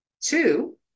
Two